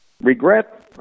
regret